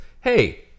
Hey